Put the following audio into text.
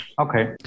okay